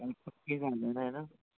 कल पक्के में आ जाना है ना